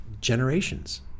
generations